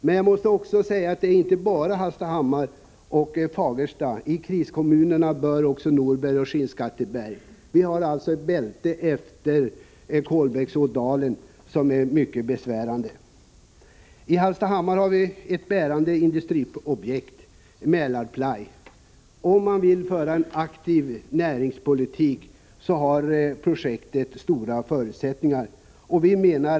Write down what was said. Men jag vill också säga att Hallstahammar och Fagersta inte är de enda kriskommunerna. Dit bör också Norberg och Skinnskatteberg räknas. Längs Kolbäcksådalen finns ett bälte av orter som har det mycket besvärligt. I Hallstahammar har vi ett bärande industriprojekt, Mälarply. Om man vill föra en aktiv näringspolitik har det här projektet stora förutsättningar att ingå i en sådan.